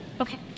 Okay